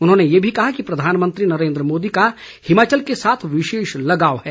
उन्होंने ये भी कहा कि प्रधानमंत्री नरेन्द्र मोदी का हिमाचल के साथ विशेष लगाव है